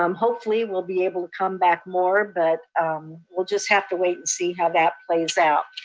um hopefully we'll be able to come back more, but we'll just have to wait and see how that plays out.